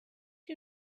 you